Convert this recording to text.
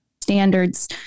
standards